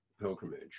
pilgrimage